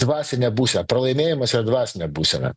dvasinė būsena pralaimėjimas yra dvasinė būsena